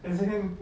yesterday